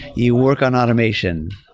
you work on automation.